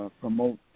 promote